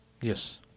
Yes